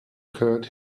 cured